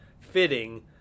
fitting